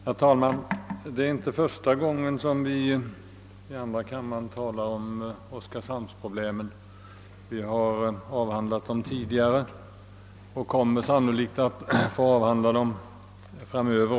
Herr talman! Det är inte första gången som vi i andra kammaren talar om oskarshamnsproblemen, och vi kommer sannolikt också att få avhandla dem framöver.